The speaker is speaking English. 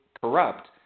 corrupt